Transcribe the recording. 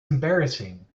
embarrassing